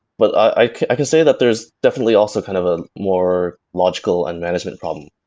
but i can say that there's definitely also kind of a more logical and management problem,